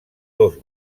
dos